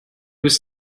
was